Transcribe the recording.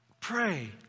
Pray